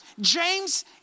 James